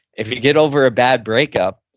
if you get over a bad breakup,